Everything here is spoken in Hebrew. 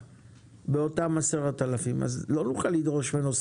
לא נוכל לדרוש ממנו לפתוח סניף.